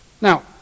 Now